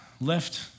left